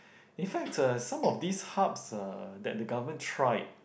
in fact uh some of this hubs uh that the government tried